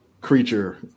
creature